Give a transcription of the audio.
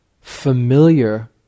familiar